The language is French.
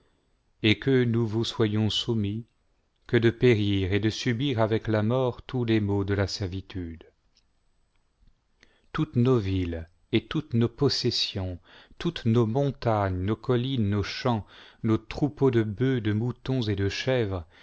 et que nous vous soyons soumis que de périr et de subir avec la mort tous les maux de la servitude toutes nos villes ettoutesnos possessions toutes nos montagnes nos collines nos champs nos troupeaux de bœufs de moutons et de chèvres